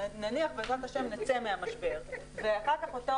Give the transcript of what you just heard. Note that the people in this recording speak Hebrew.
נניח בעזרת השם נצא מהמשבר ואחר כך אותו